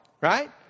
right